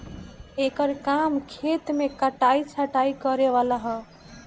एकर काम खेत मे कटाइ छटाइ करे वाला ह